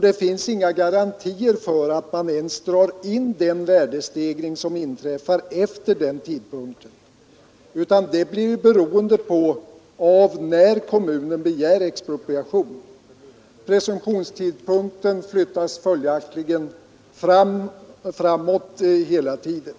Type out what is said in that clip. Det finns inga garantier för att man drar in ens den värdestegring som inträffar efter den tidpunkten, utan det blir beroende av när kommunen begär expropriationen. Presumtionstidpunkten flyttas följaktligen framåt hela tiden.